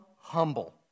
humble